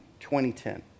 2010